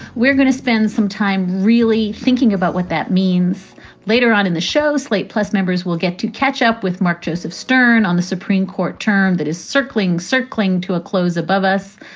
we're going to spend some time really thinking about what that means later on in the show. slate plus, members will get to catch up with mark joseph stern on the supreme court term that is circling, circling to a close above us.